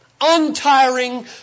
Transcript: untiring